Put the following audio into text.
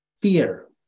fear